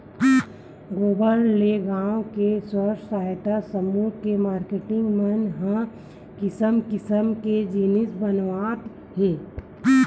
गोबर ले गाँव के स्व सहायता समूह के मारकेटिंग मन ह किसम किसम के जिनिस बनावत हे